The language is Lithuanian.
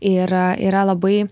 ir yra labai